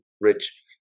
rich